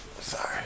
Sorry